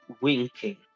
winking